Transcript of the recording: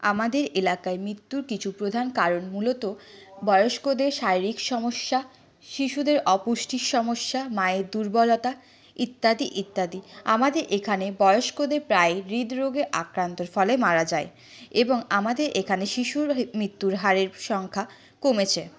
আমাদের এলাকায় মৃত্যুর কিছু প্রধান কারণ মূলত বয়স্কদের শারীরিক সমস্যা শিশুদের অপুষ্টির সমস্যা মায়ের দুর্বলতা ইত্যাদি ইত্যাদি আমাদের এখানে বয়স্কদের প্রায়ই হৃদরোগে আক্রান্তর ফলে মারা যায় এবং আমাদের এখানে শিশুর মৃত্যুর হারের সংখ্যা কমেছে